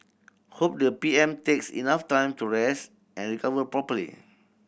hope though the P M takes enough time to rest and recover properly